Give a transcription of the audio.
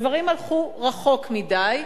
הדברים הלכו רחוק מדי,